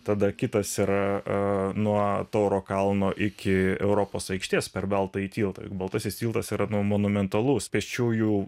tada kitas yra nuo tauro kalno iki europos aikštės per baltąjį tiltą juk baltasis tiltas yra nu monumentalus pėsčiųjų